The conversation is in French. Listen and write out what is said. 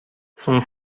son